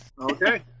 Okay